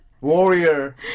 warrior